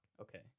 okay